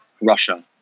Russia